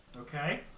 Okay